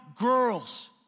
Girls